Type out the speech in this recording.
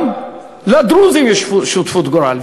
גם לדרוזים יש שותפות גורל.